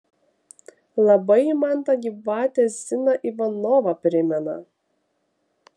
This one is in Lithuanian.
labai ji man tą gyvatę ziną ivanovą primena